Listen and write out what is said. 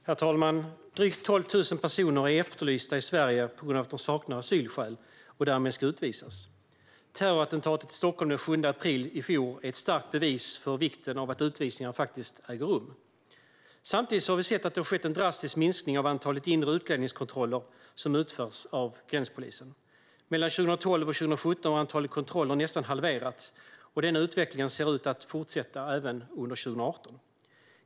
Herr talman! Drygt 12 000 personer är efterlysta i Sverige på grund av att de saknar asylskäl och att de därmed ska utvisas. Terrorattentatet i Stockholm den 7 april i fjol är ett starkt bevis för vikten av att utvisningar faktiskt äger rum. Samtidigt har det skett en drastisk minskning av antalet inre utlänningskontroller som utförs av gränspolisen. Mellan 2012 och 2017 har antalet kontroller nästan halverats, och den utvecklingen ser ut att fortsätta även under 2018.